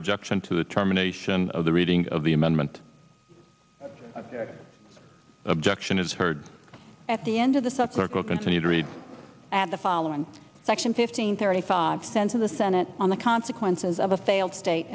objection to the terminations of the reading of the amendment that objection is heard at the end of the sub circle continue to read add the following section fifteen thirty five cents of the senate on the consequences of a failed state